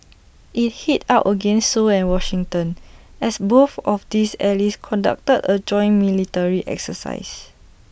IT hit out against Seoul and Washington as both of these allies conducted A joint military exercise